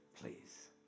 Please